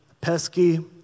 pesky